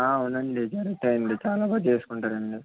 ఆ అవునండి జరుగుతాయి అండి చాలా బాగా చేసుకుంటారండి